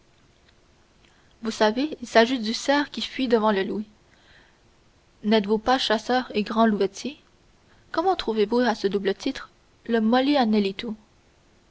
vous savez il s'agit du cerf qui fuit devant le loup n'êtes-vous pas chasseur et grand louvetier comment trouvez-vous à ce double titre le